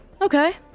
Okay